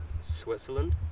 Switzerland